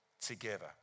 together